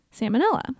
salmonella